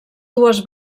dues